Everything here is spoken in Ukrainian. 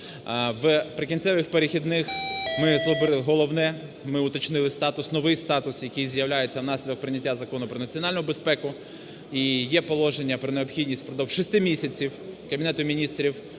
В "Прикінцевих і перехідних", головне, ми уточнили статус, новий статус, який з'являється внаслідок прийняття Закону про національну безпеку, і є положення про необхідність впродовж шести місяців Кабінету Міністрів